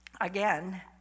again